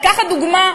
לקחת דוגמה,